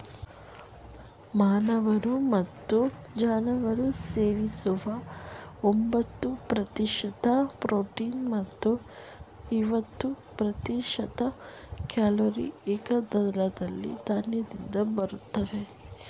ಮಾನವರು ಮತ್ತು ಜಾನುವಾರು ಸೇವಿಸುವ ಎಂಬತ್ತು ಪ್ರತಿಶತ ಪ್ರೋಟೀನ್ ಮತ್ತು ಐವತ್ತು ಪ್ರತಿಶತ ಕ್ಯಾಲೊರಿ ಏಕದಳ ಧಾನ್ಯದಿಂದ ಬರ್ತವೆ